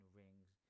rings